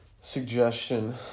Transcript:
suggestion